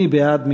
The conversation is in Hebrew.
מי בעד?